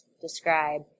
describe